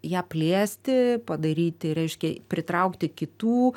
ją plėsti padaryti reiškia pritraukti kitų